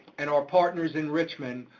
and our partners in richmond,